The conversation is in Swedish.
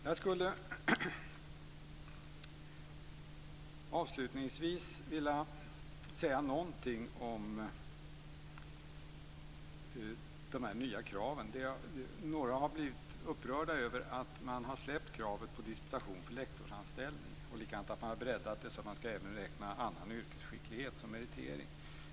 Jag skulle också vilja säga någonting om de nya kraven. Några har blivit upprörda över att man har släppt kravet på disputation för lektorsanställning, liksom över att man har breddat kraven så att även annan yrkesskicklighet räknas som meritering.